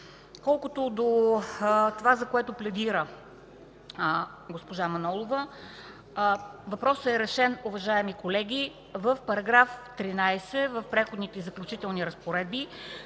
Колкото до това, за което пледира госпожа Манолова, въпросът е решен, уважаеми колеги, в § 13 в Преходните и заключителни разпоредби,